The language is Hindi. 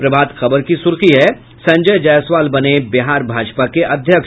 प्रभात खबर की सुर्खी है संजय जायसवाल बने बिहार भाजपा के अध्यक्ष